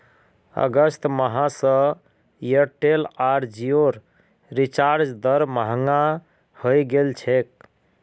अगस्त माह स एयरटेल आर जिओर रिचार्ज दर महंगा हइ गेल छेक